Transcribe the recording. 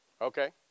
Okay